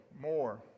more